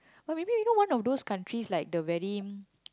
but maybe one of those countries like the very